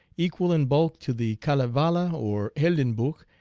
equal in bulk to the kalevala or heldenbuch,